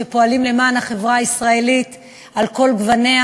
שפועלים למען החברה הישראלית על כל גווניה.